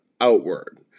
outward